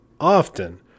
often